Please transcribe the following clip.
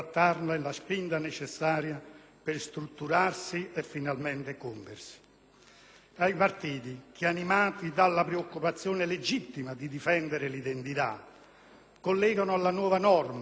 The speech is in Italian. Ai partiti, che animati dalla preoccupazione legittima di difendere l'identità, collegano alla nuova norma sullo sbarramento il rischio di essere estromessi dalla rappresentanza europea,